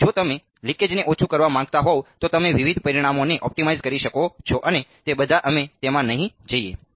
તેથી જો તમે લિકેજને ઓછું કરવા માંગતા હોવ તો તમે વિવિધ પરિમાણોને ઑપ્ટિમાઇઝ કરી શકો છો અને તે બધા અમે તેમાં નહીં જઈએ